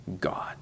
God